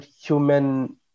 human